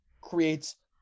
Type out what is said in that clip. creates